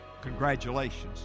congratulations